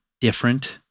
different